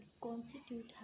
constitute